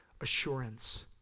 assurance